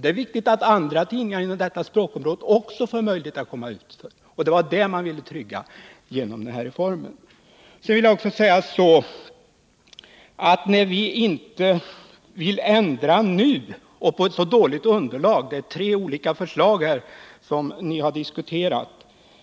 Det är viktigt att också andra tidningar inom det språkområdet får möjligheter att komma ut, och det var bl.a. detta man ville trygga genom reformen. Att vi inte nu vill ändra reglerna beror på att underlaget för ett beslut är så dåligt — det är ju tre olika förslag som nu har diskuterats